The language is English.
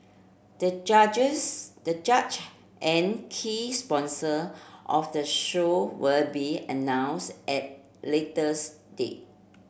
the judges the judge and key sponsor of the show will be announce at later date